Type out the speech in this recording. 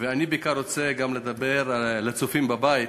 אני רוצה לדבר בעיקר אל הצופים בבית.